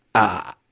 ah,